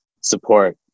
support